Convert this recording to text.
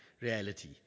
reality